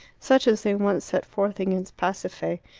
such as they once sent forth against pasiphae.